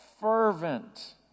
fervent